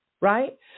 right